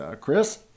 Chris